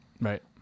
Right